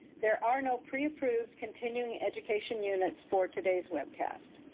there are no preapproved continuing education units for today's webcast.